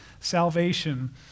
salvation